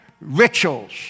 rituals